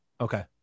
okay